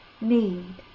need